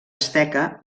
asteca